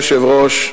אדוני היושב-ראש,